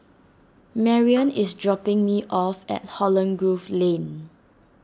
Marianne is dropping me off at Holland Grove Lane